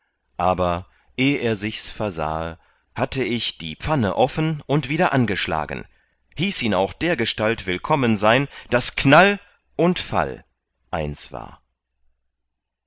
aber eh er sichs versahe hatte ich die pfanne offen und wieder angeschlagen hieß ihn auch dergestalt willkommen sein daß knall und fall eins war